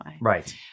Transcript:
Right